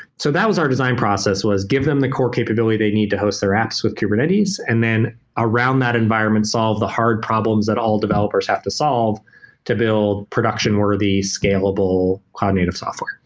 so that was our design process, was give them the core capability they need to host their apps with kubernetes, and then around that environment solve the hard problems that all developers have to solve to build production-worthy scalable cloud-native software.